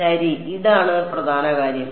ശരി ഇതാണ് പ്രധാന കാര്യം